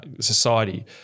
society